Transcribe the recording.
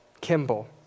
Kimball